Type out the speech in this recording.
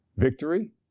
Victory